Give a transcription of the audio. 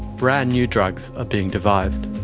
brand new drugs are being devisedmatt